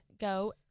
go